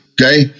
okay